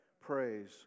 praise